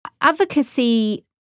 advocacy